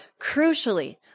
Crucially